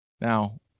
Now